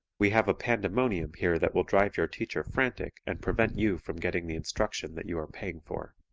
we have a pandemonium here that will drive your teacher frantic and prevent you from getting the instruction that you are paying for.